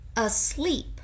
asleep